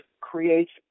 creates